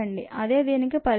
అదే దీనికి పరిష్కారం